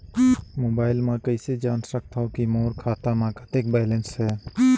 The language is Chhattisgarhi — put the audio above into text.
मोबाइल म कइसे जान सकथव कि मोर खाता म कतेक बैलेंस से?